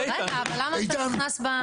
איתן, למה אתה נכנס באמצע?